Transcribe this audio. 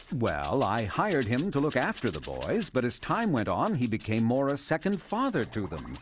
well, i hired him to look after the boys, but, as time went on, he became more a second father to them.